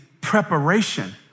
preparation